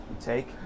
Take